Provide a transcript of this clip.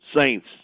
Saints